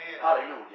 Hallelujah